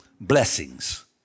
blessings